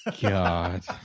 God